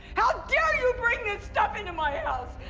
how dare you bring this stuff into my house,